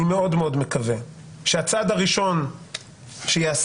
אני מאוד מאוד מקווה שהצעד הראשון שתעשה